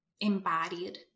embodied